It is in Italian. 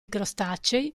crostacei